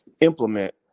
implement